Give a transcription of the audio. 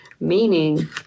Meaning